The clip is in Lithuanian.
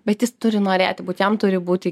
bet jis turi norėti būt jam turi būti